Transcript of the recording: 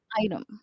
item